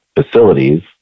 facilities